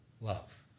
love